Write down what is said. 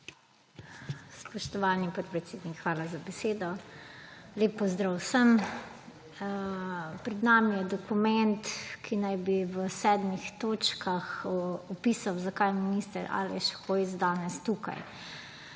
Spoštovani podpredsednik hvala za besedo. Lep pozdrav vsem! Pred nami je dokument, ki naj bi v sedmih točkah opisal, zakaj je minister Aleš Hojs danes tukaj.